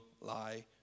lie